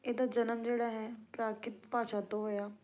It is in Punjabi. ਇਹਦਾ ਜਨਮ ਜਿਹੜਾ ਹੈ ਪ੍ਰਾਕ੍ਰਿਤ ਭਾਸ਼ਾ ਤੋਂ ਹੋਇਆ